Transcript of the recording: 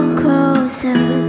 closer